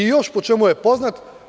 Još po čemu je poznat?